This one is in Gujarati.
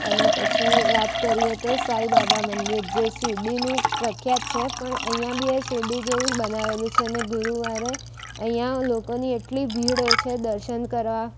અને પછી વાત કરીએ તો સાંઈ બાબા મંદિર જે શિરડીનું પ્રખ્યાત છે પણ અહીંયાં બી એ શિરડી જેવું જ બનાવેલું છે ને ગુરુવારે અહીંયાં લોકોની એટલી ભીડ હોય છે દર્શન કરવા